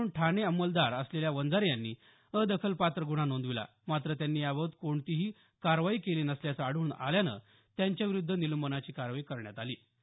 त्यावरून ठाणे अंमलदार असलेल्या वंजारे यांनी अदखलपात्र गुन्हा नोंदविला मात्र त्यांनी याबाबत कोणतीही कारवाई केली नसल्याचं आढळून आल्यांनं त्यांच्याविरूद्ध निलंबनाची कारवाई करण्यात आली